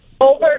Over